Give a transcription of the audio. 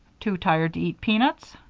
too tired to eat peanuts?